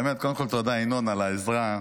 קודם כול, תודה, ינון, על העזרה.